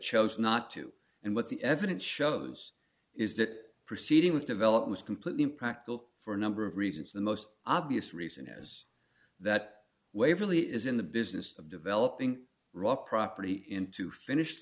chose not to and what the evidence shows is that proceeding was developed was completely impractical for a number of reasons the most obvious reason is that waverley is in the business of developing raw property into finished